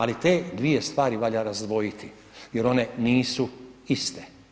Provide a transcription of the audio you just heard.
Ali te dvije stvari valja razdvojiti jer one nisu iste.